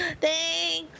Thanks